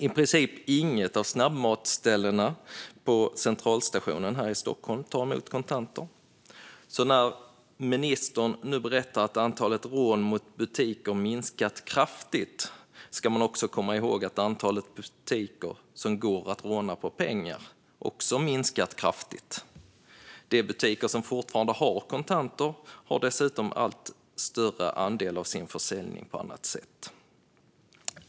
I princip inget av snabbmatsställena på centralstationen här i Stockholm tar emot kontanter. När ministern nu berättar att antalet rån mot butiker minskat kraftigt ska man alltså komma ihåg att antalet butiker som går att råna på pengar också har minskat kraftigt. De butiker som fortfarande har kontanter har dessutom allt större andel av sin försäljning på annat sätt.